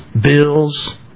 bills